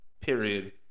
period